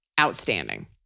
Outstanding